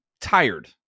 tired